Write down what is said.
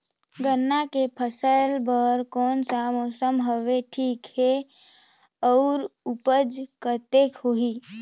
गन्ना के फसल बर कोन सा मौसम हवे ठीक हे अउर ऊपज कतेक होही?